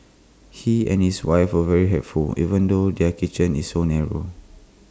he and his wife are very helpful even though their kitchen is so narrow